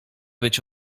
być